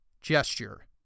gesture